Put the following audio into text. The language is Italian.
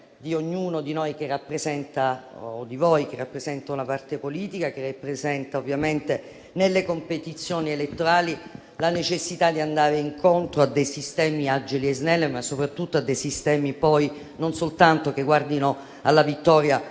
di ognuno di noi e di voi, che rappresenta una parte politica e che rappresenta ovviamente, nelle competizioni elettorali, la necessità di andare incontro a dei sistemi agili e snelli, ma soprattutto a dei sistemi che guardino non soltanto alla vittoria,